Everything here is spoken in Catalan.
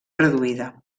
reduïda